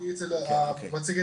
הנה,